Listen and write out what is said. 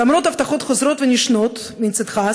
למרות הבטחות חוזרות ונשנות מצדך,